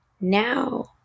now